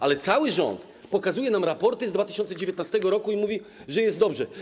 Ale cały rząd pokazuje nam raporty z 2019 r. i mówi, że jest dobrze.